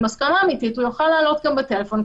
אם הסכמה אמיתית הוא יוכל לעלות גם בטלפון,